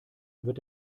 wird